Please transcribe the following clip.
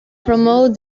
promote